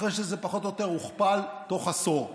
אחרי שזה פחות או יותר הוכפל בתוך עשור,